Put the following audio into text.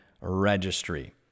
Registry